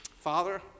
Father